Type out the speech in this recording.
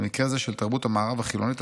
במקרה זה של תרבות המערב החילונית,